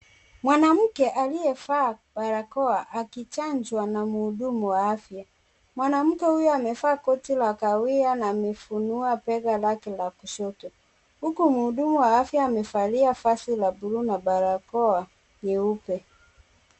Mwanamke aliyevaa barakoa akichanjwa na mhudumu wa afya, mwanamke huyo amevaa koti la kahawia na amefunua bega lake la kushoto, huku mhudumu wa afya amevalia vazi la buluu na barakoa nyeupe.